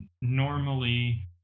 normally